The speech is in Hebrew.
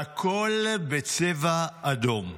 והכול בצבע אדום.